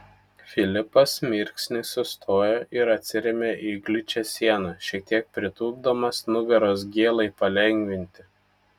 filipas mirksnį sustojo ir atsirėmė į gličią sieną šiek tiek pritūpdamas nugaros gėlai palengvinti